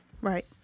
Right